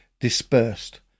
dispersed